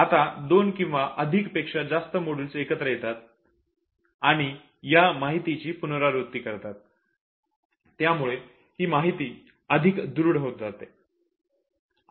आता दोन किंवा दोन पेक्षा जास्त मॉड्यूल एकत्र येतात आणि त्या माहितीची पुनरावृत्ती करतात यामुळे ही माहिती अधिक दृढ होत जाते